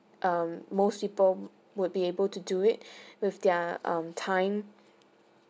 um most people would be able to do it with their um time